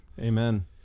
Amen